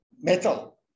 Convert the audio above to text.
metal